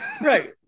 right